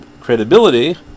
credibility